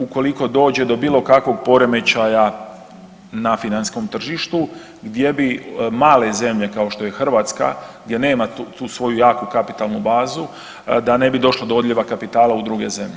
Ukoliko dođe do bilo kakvog poremećaja na financijskom tržištu gdje bi male zemlje kao što je Hrvatska gdje nema tu jaku kapitalnu bazu, da ne bi došlo do odljeva kapitala u druge zemlje.